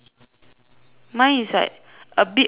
mine is like a bit orange